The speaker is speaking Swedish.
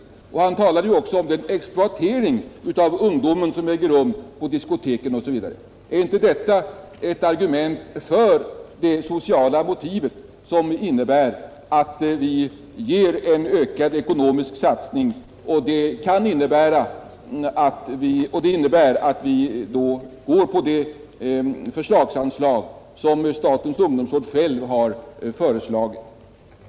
Han talade också bl.a. om den exploatering av ungdomen som äger rum på diskoteken. Är inte detta ett argument för det sociala motivet som innebär att vi bör göra en ökad ekonomisk satsning och gå på det förslagsanslag som statens ungdomsråd självt föreslagit?